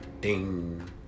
ding